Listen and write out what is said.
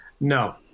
No